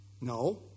No